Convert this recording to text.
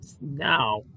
now